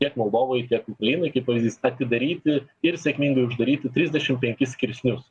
tiek moldovai tiek ukrainai kaip pavyzdys atidaryti ir sėkmingai uždaryti trisdešim penkis skirsnius